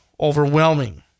overwhelming